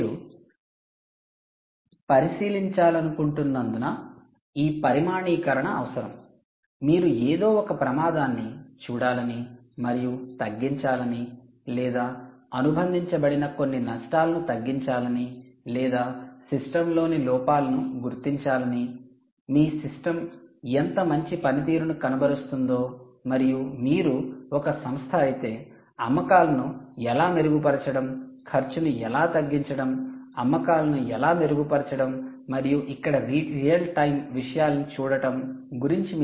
మీరు పరిశీలించాలనుకుంటున్నందున ఈ పరిమాణీకరణ అవసరం మీరు ఏదో ఒక ప్రమాదాన్ని చూడాలని మరియు తగ్గించాలని లేదా అనుబంధించబడిన కొన్ని నష్టాలను తగ్గించాలని లేదా సిస్టంలోని లోపాలను గుర్తించాలని మీ సిస్టమ్ ఎంత మంచి పనితీరును కనబరుస్తుందో మరియు మీరు ఒక సంస్థ అయితే అమ్మకాలను ఎలా మెరుగుపరచడం ఖర్చును ఎలా తగ్గించడం అమ్మకాలను ఎలా మెరుగుపరచడం మరియు ఇక్కడ రియల్ టైమ్ విషయాలను చూడటం గురించి మీరు ఆందోళన చెందవచ్చు